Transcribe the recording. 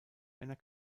einer